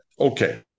Okay